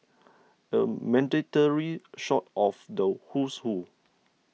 a mandatory shot of the who's who